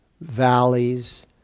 valleys